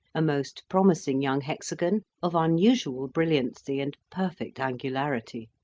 a most promising young hexagon of unusual brilliancy and perfect angularity.